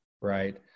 Right